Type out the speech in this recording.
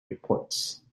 reports